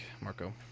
Marco